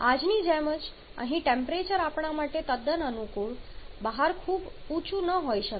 આજની જેમ જ અહીં ટેમ્પરેચર આપણા માટે તદ્દન અનુકૂળ બહાર ખૂબ ઊંચું ન હોઈ શકે